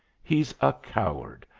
he's a coward!